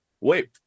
Wait